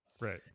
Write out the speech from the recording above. right